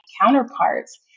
counterparts